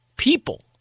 People